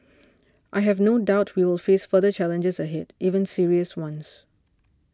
I have no doubt we will face further challenges ahead even serious ones